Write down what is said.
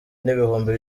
n’ibihumbi